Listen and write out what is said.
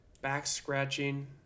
back-scratching